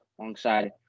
alongside